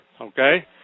okay